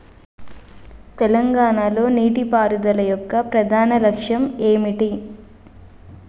తెలంగాణ లో నీటిపారుదల యొక్క ప్రధాన లక్ష్యం ఏమిటి?